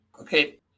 okay